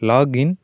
log in